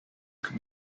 could